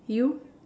you